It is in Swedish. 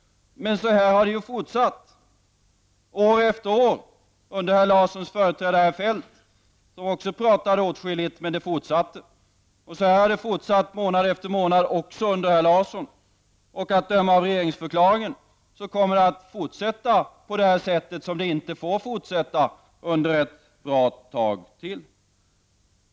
Men så här har det ju fortsatt år efter år under herr Larssons företrädare, herr Feldt, som också pratade åtskilligt -- men det fortsatte. Så här har det fortsatt månad efter månad också under herr Larsson. Att döma av regeringsförklaringen kommer det ett bra tag till att fortsätta så som det inte får fortsätta .